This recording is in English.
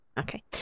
okay